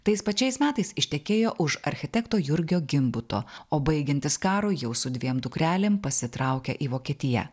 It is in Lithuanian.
tais pačiais metais ištekėjo už architekto jurgio gimbuto o baigiantis karui jau su dviem dukrelėm pasitraukia į vokietiją